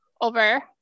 over